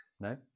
No